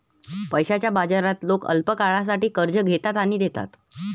पैशाच्या बाजारात लोक अल्पकाळासाठी कर्ज घेतात आणि देतात